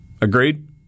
Agreed